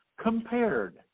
compared